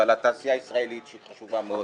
ועל התעשייה הישראלית שהיא חשובה מאוד.